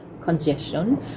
congestion